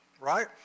right